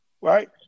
right